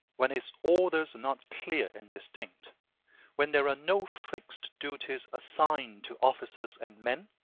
when his orders are not clear and distinct when there are no fixes duties assigned to officers and men,